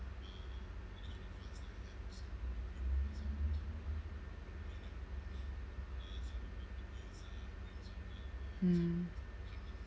mm